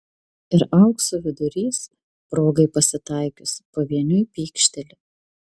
ir aukso vidurys progai pasitaikius pavieniui pykšteli